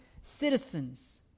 citizens